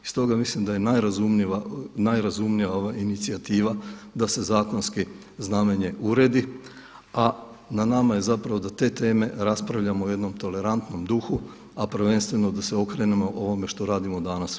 Stoga mislim da je najrazumnija ova inicijativa da se zakonski znamenje uredi a na nama je zapravo da te teme raspravljamo u jednom tolerantnom duhu a prvenstveno da se okrenemo ovome što radimo danas.